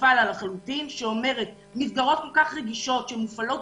שותפה לה לחלוטין שאומרת שמסגרות כל כך רגישות שמופעלות